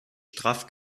straff